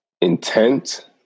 intent